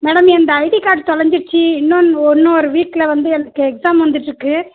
madam என்னுது ID card தொலஞ்சிடுச்சு இன்னும் இன்னும் ஒரு வீக்கில் வந்து எனக்கு எக்ஸாம் வந்துட்யிருக்கு